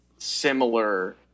similar